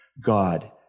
God